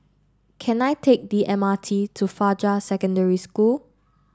can I take the M R T to Fajar Secondary School